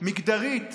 מגדרית